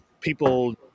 people